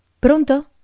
Pronto